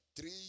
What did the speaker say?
three